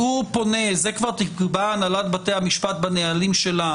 את זה כבר תקבע הנהלת בתי המשפט בנהלים שלה,